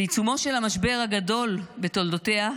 בעיצומו של המשבר הגדול בתולדותיה,